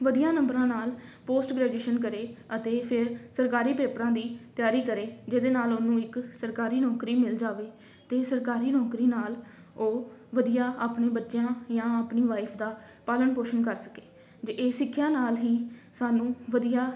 ਵਧੀਆ ਨੰਬਰਾਂ ਨਾਲ ਪੋਸਟ ਗ੍ਰੈਜੂਏਸ਼ਨ ਕਰੇ ਅਤੇ ਫਿਰ ਸਰਕਾਰੀ ਪੇਪਰਾਂ ਦੀ ਤਿਆਰੀ ਕਰੇ ਜਿਹਦੇ ਨਾਲ ਉਹਨੂੰ ਇੱਕ ਸਰਕਾਰੀ ਨੌਕਰੀ ਮਿਲ ਜਾਵੇ ਅਤੇ ਸਰਕਾਰੀ ਨੌਕਰੀ ਨਾਲ ਉਹ ਵਧੀਆ ਆਪਣੀ ਬੱਚਿਆਂ ਜਾਂ ਆਪਣੀ ਵਾਈਫ ਦਾ ਪਾਲਣ ਪੋਸ਼ਣ ਕਰ ਸਕੇ ਜੇ ਇਹ ਸਿੱਖਿਆ ਨਾਲ ਹੀ ਸਾਨੂੰ ਵਧੀਆ